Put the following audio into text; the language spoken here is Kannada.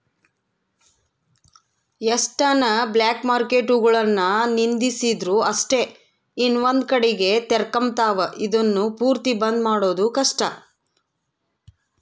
ಎಷ್ಟನ ಬ್ಲಾಕ್ಮಾರ್ಕೆಟ್ಗುಳುನ್ನ ನಿಂದಿರ್ಸಿದ್ರು ಅಷ್ಟೇ ಇನವಂದ್ ಕಡಿಗೆ ತೆರಕಂಬ್ತಾವ, ಇದುನ್ನ ಪೂರ್ತಿ ಬಂದ್ ಮಾಡೋದು ಕಷ್ಟ